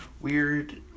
Weird